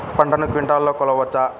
పంటను క్వింటాల్లలో కొలవచ్చా?